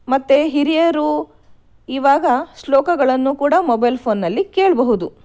ಮತ್ತು ಹಿರಿಯರು ಈವಾಗ ಶ್ಲೋಕಗಳನ್ನು ಕೂಡ ಮೊಬೈಲ್ ಫೋನ್ನಲ್ಲಿ ಕೇಳಬಹುದು